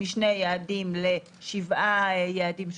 משני יעדים לשבעה יעדים שונים.